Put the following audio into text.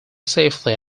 safely